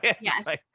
Yes